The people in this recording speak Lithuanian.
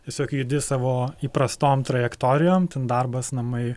tiesiog judi savo įprastom trajektorijom ten darbas namai